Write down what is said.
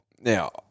now